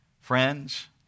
friends